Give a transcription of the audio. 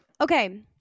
Okay